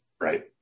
right